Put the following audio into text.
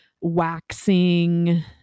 waxing